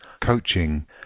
coaching